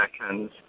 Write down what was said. seconds